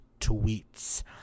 tweets